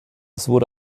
wurde